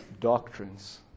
doctrines